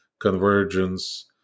convergence